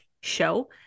show